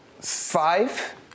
five